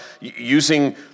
using